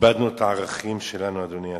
איבדנו את הערכים שלנו, אדוני השר,